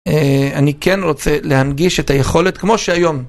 אני כן רוצה להנגיש את היכולת כמו שהיום.